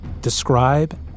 Describe